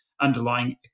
underlying